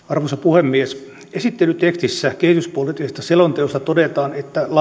arvoisa puhemies esittelytekstissä kehityspoliittisesta selonteosta todetaan